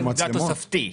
זה התוספתי.